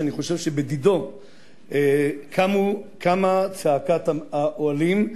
שאני חושב שבדידו קמה צעקת האוהלים,